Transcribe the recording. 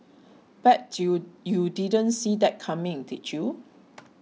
bet you you didn't see that coming did you